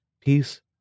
peace